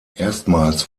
erstmals